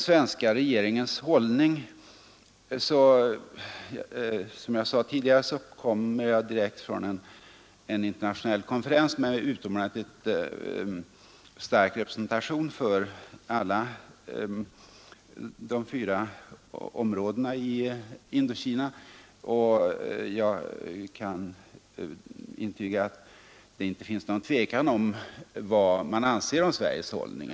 Som jag sade tidigare, kommer jag direkt från en internationell konferens med utomordentligt stark representation för alla de fyra områdena i Indokina, och jag kan intyga att det inte finns någon tvekan om vad man anser om Sveriges hållning.